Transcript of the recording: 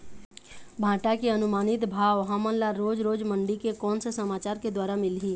भांटा के अनुमानित भाव हमन ला रोज रोज मंडी से कोन से समाचार के द्वारा मिलही?